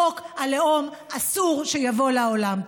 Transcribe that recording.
חוק הלאום, אסור שיבוא לעולם.